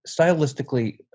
stylistically